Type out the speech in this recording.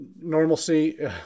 normalcy